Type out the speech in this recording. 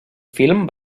film